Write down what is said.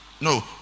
no